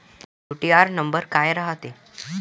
UTR number काय रायते?